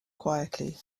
quietly